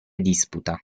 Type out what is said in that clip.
disputa